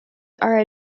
are